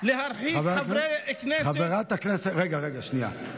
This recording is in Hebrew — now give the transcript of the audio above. להרחיק חברי כנסת, רגע, שנייה.